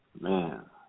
Man